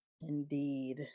Indeed